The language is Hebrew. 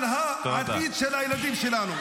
על העתיד של הילדים שלנו.